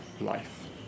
life